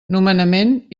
nomenament